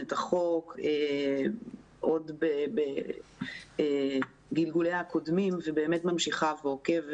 את החוק עוד בגלגוליה הקודמים ובאמת ממשיכה ועוקבת.